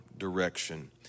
direction